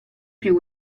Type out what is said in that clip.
più